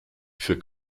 für